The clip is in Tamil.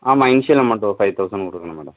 ஆமாம் இனிஷியல் அமௌண்ட்டு ஒரு ஃபை தௌசன் கொடுக்குணும் மேடம்